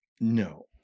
No